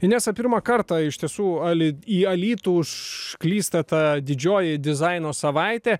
inesa pirmą kartą iš tiesų aly į alytų užklysta ta didžioji dizaino savaitė